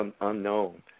unknown